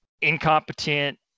incompetent